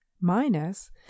minus